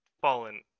fallen